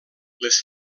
les